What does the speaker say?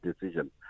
decision